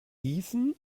gießen